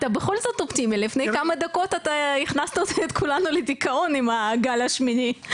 לפני כמה דקות הכנסת את כולנו לדיכאון עם הגל השמיני.